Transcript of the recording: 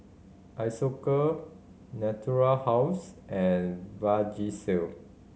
Isocal Natura House and Vagisil